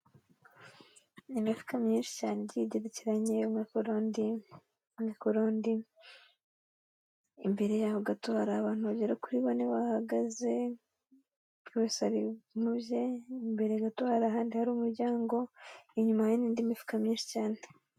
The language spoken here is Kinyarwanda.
Imifuka myinshi cyane igiye igekeranye umwe kuri undi, umwe kuri undi, imbere yaho gato hari abantu bagera kuri bane bahagaze buri wese ari mu bye, imbere gato hari ahandi hari umuryango, inyuma hari n'indi mifuka myinshi cyane.